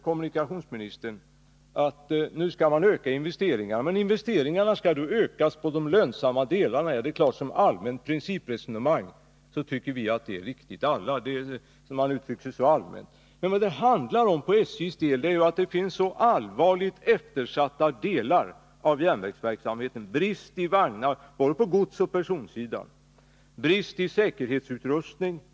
Kommunikationsministern säger att man tänker öka investeringarna, och dessa skall då ökas på de lönsamma delarna. Alla tycker att detta är riktigt som allmänt principprogram. Men vad det handlar om beträffande SJ är ju att det finns så allvarligt eftersatta delar inom järnvägsverksamheten: brist på vagnar, både när det gäller godsoch personsidan, och brist på säkerhetsutrustning osv.